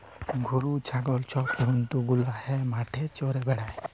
গরু, ছাগল ছব জল্তু গুলা হাঁ মাঠে চ্যরে বেড়ায়